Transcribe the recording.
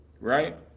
right